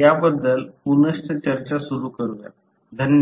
या बद्दल पुनश्च चर्चा सुरु करूयात धन्यवाद